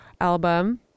album